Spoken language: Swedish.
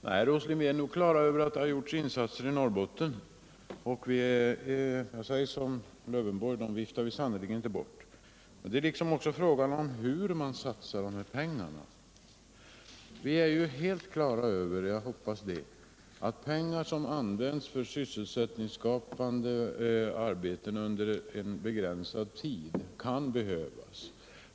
Herr talman! Vi är nog på det klara med att det har gjorts insatser i Norrbotten, Nils Åsling! Jag säger som Alf Lövenborg att dem viftar vi sannerligen inte bort. Men det är också fråga om hur man satsar pengarna. Jag hoppas vi har klart för oss att det kan behövas pengar för sysselsättningsskapande arbeten under en begränsad tid.